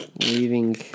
leaving